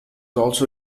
also